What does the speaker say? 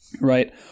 Right